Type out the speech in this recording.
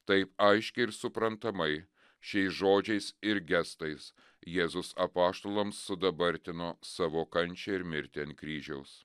taip aiškiai ir suprantamai šiais žodžiais ir gestais jėzus apaštalams sudabartino savo kančią ir mirtį ant kryžiaus